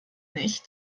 nicht